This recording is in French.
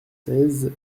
seize